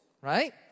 Right